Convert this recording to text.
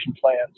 plans